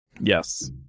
Yes